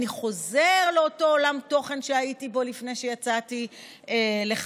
אני חוזר לאותו עולם תוכן שהייתי בו לפני שיצאתי לחל"ת,